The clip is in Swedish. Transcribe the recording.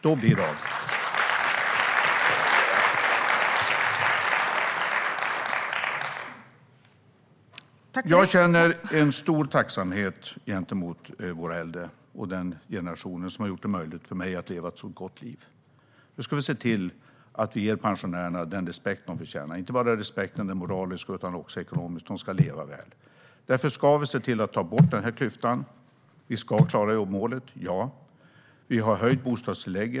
Då blir det av. Jag känner stor tacksamhet gentemot våra äldre och den generation som har gjort det möjligt för mig att leva ett gott liv. Nu ska vi se till att ge pensionärerna den respekt de förtjänar - moraliskt och ekonomiskt. De ska leva väl. Därför ska klyftan tas bort. Jobbmålet ska klaras. Bostadstillägget har höjts.